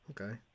Okay